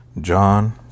John